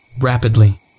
rapidly